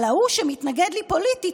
אבל להוא שמתנגד לי פוליטית,